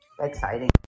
exciting